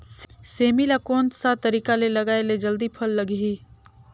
सेमी ला कोन सा तरीका से लगाय ले जल्दी फल लगही?